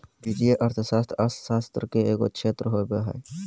वित्तीय अर्थशास्त्र अर्थशास्त्र के एगो क्षेत्र होबो हइ